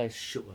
shiok ah